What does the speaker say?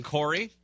Corey